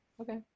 okay